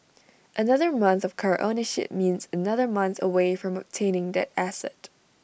another month of car ownership means another month away from obtaining that asset